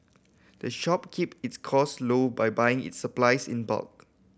the shop keep its cost low by buying its supplies in bulk